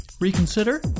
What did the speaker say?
reconsider